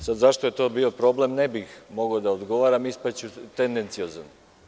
Sada, zašto je to bio problem, ne bih mogao da odgovorim, jer ću ispasti tendenciozan.